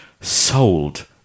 Sold